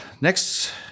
next